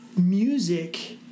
music